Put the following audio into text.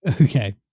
Okay